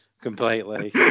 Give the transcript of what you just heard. completely